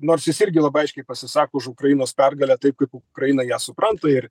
nors jis irgi labai aiškiai pasisako už ukrainos pergalę taip kaip ukraina ją supranta ir